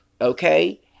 okay